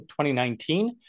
2019